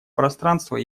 пространства